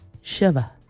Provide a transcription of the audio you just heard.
Shiva